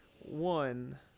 one